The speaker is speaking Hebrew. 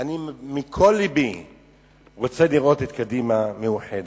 בכל לבי אני רוצה לראות את קדימה מאוחדת.